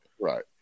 Right